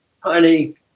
Honey